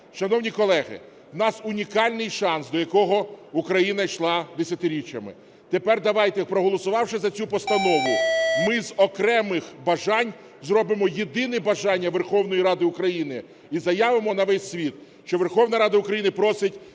Шановні колеги, в нас унікальний шанс, до якого Україна йшла десятиріччями. Тепер давайте, проголосувавши за цю постанову, ми з окремих бажань зробимо єдине бажання Верховної Ради України і заявимо на весь світ, що Верховна Рада України просить